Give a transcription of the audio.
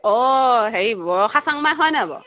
অঁ হেৰি বৰষা চাংমাই হয়নে বাৰু